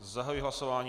Zahajuji hlasování.